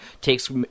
takes